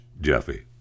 Jeffy